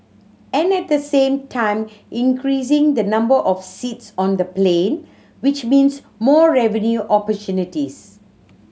and at the same time increasing the number of seats on the plane which means more revenue opportunities